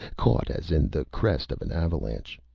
caught as in the crest of an avalanche.